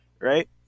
right